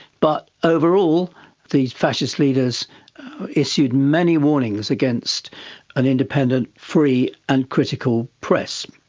but overall these fascist leaders issued many warnings against an independent, free and critical press.